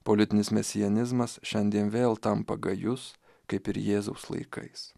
politinis mesianizmas šiandien vėl tampa gajus kaip ir jėzaus laikais